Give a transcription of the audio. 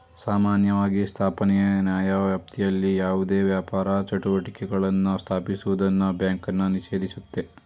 ಸಾಮಾನ್ಯವಾಗಿ ಸ್ಥಾಪನೆಯ ನ್ಯಾಯವ್ಯಾಪ್ತಿಯಲ್ಲಿ ಯಾವುದೇ ವ್ಯಾಪಾರ ಚಟುವಟಿಕೆಗಳನ್ನ ಸ್ಥಾಪಿಸುವುದನ್ನ ಬ್ಯಾಂಕನ್ನ ನಿಷೇಧಿಸುತ್ತೆ